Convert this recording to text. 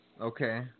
Okay